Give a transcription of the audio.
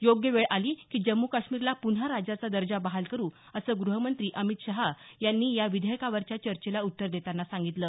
योग्य वेळ आली की जम्मू काश्मीरला पुन्हा राज्याचा दर्जा बहाल करु असं गृहमंत्री अमित शाह यांनी या विधेयकावरच्या चर्चेला उत्तर देताना सांगितलं